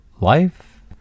Life